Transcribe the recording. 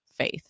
faith